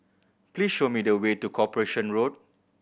please show me the way to Corporation Road